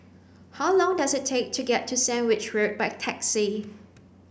how long does it take to get to Sandwich Road by taxi